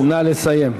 נא לסיים.